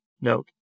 Note